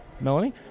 Melanie